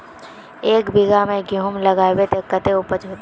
एक बिगहा में गेहूम लगाइबे ते कते उपज होते?